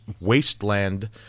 wasteland